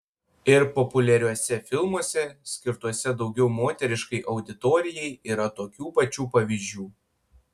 ir populiariuose filmuose skirtuose daugiau moteriškai auditorijai yra tokių pačių pavyzdžių